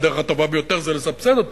הדרך הטובה ביותר זה לסבסד אותם.